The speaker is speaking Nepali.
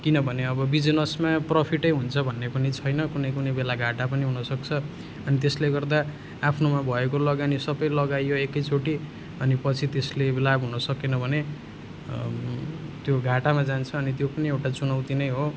किन भने अब बिजनेसमा प्रफिटै हुन्छ भन्ने पनि छैन कुनै कुनै बेला घाटा पनि हुन सक्छ अनि त्यसले गर्दा आप्नोमा भएको लगानी सबै लगाइयो एकैचोटी अनि पछि त्यसले लाभ हुन सकेन भने त्यो घाटामा जान्छ अनि त्यो पनि एउटा चुनौती नै हो